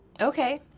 Okay